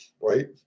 right